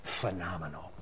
Phenomenal